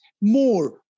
more